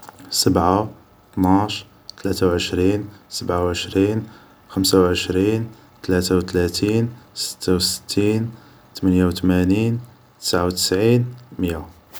سبع طناش تلات و عشرين سبع وعشرين خمس وعشرين تلات و تلاتين ست و ستين تميني و تمانين تسع و تسعين مي